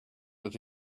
that